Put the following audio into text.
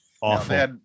awful